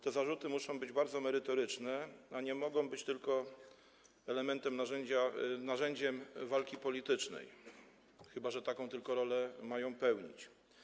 Te zarzuty muszą być bardzo merytoryczne, nie mogą być tylko elementem, narzędziem walki politycznej, chyba że tylko taką rolę mają pełnić.